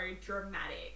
dramatic